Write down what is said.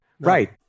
Right